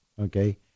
okay